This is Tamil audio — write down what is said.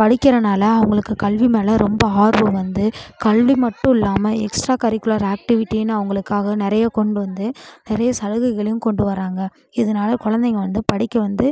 படிக்கிறனால அவங்களுக்கு கல்வி மேலே ரொம்ப ஆர்வம் வந்து கல்வி மட்டும் இல்லாம எக்ஸ்ட்ரா கரிக்குலர் ஆக்டிவிட்டின்னு அவங்களுக்காக நிறையா கொண்டு வந்து நிறையா சலுகைகளையும் கொண்டு வராங்க இதனால் குழந்தைங்க வந்து படிக்க வந்து